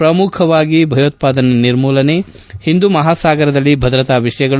ಪ್ರಮುಖವಾಗಿ ಭಯೋತ್ಪಾದನೆ ನಿರ್ಮೂಲನೆ ಒಂದೂ ಮಹಾಸಾಗರದಲ್ಲಿ ಭದ್ರತಾ ವಿಷಯಗಳು